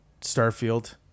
Starfield